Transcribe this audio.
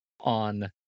on